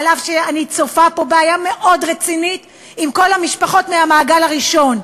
אף שאני צופה פה בעיה מאוד רצינית עם כל המשפחות מהמעגל הראשון,